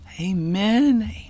Amen